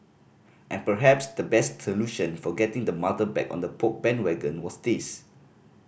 and perhaps the best solution for getting the mother back on the Poke bandwagon was this